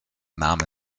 name